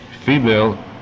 female